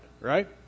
Right